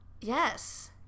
Yes